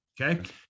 okay